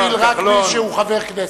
אני מגביל רק מי שהוא חבר כנסת.